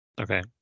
Okay